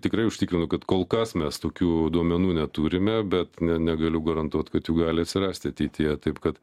tikrai užtikrinu kad kol kas mes tokių duomenų neturime bet negaliu garantuot kad jų gali atsirast ateityje taip kad